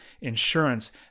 insurance